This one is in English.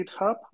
GitHub